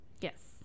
Yes